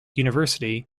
university